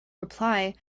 reply